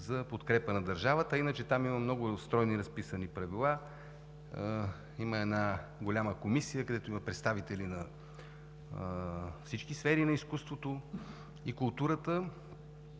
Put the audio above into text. за подкрепа на държавата. Иначе там има много стройно разписани правила. Има една голяма комисия, където има представители от всички сфери на изкуството и културата.